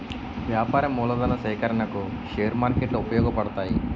వ్యాపార మూలధన సేకరణకు షేర్ మార్కెట్లు ఉపయోగపడతాయి